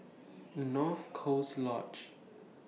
North Coast Lodge